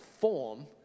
form